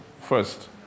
first